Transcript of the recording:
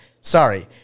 Sorry